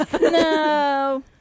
No